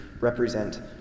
represent